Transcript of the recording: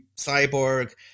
cyborg